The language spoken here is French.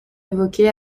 évoqués